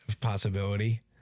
possibility